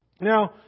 Now